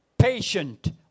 patient